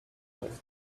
next